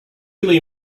really